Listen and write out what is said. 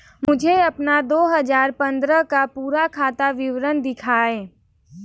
मुझे अपना दो हजार पन्द्रह का पूरा खाता विवरण दिखाएँ?